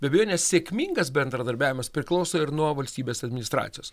be abejonės sėkmingas bendradarbiavimas priklauso ir nuo valstybės administracijos